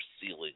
ceiling